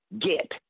get